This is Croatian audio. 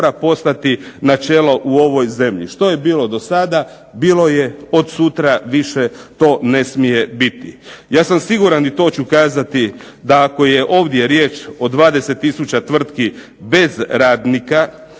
postati načelo u ovoj zemlji. Što je bilo do sada bilo je, od sutra više to ne smije biti. Ja sam siguran i to ću kazati da ako je ovdje riječ o 20 tisuća tvrtki bez radnika